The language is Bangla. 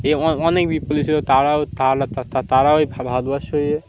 এরকম অনেক বিপ্লবী ছিল তারাও তারাও ভারতবর্ষের হয়ে